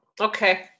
Okay